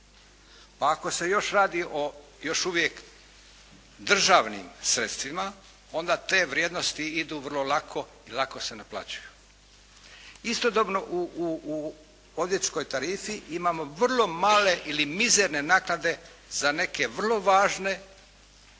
Pa ako se još radi o još uvijek državnim sredstvima onda te vrijednosti idu vrlo lako i lako se naplaćuju. Istodobno u odvjetničkoj tarifi imamo vrlo male ili mizerne naknade za neke vrlo važne